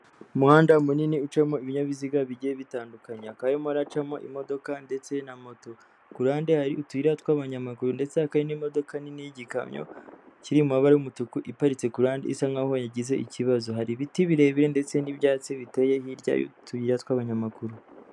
Umuhanda munini ucamo ibinyabiziga bigiye bitandukanya, hakaba harimo haracamo imodoka ndetse na moto. Ku ruhande hari utuyira tw'abanyamaguru ndetse hakaba hari n'imodoka nini y'igikamyo kiri amabara y'umutuku iparitse kurande isa nka ho yagize ikibazo, hari ibiti birebire ndetse n'ibyatsi biteye hirya y'utuyira tw'abanyamaguru.